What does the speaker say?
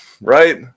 Right